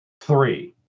three